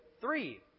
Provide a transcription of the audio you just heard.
Three